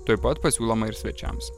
tuoj pat pasiūloma ir svečiams